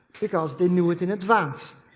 because they knew it in advance.